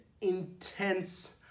intense